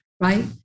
right